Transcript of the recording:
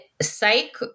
psych—